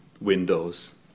windows